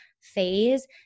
phase